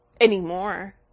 anymore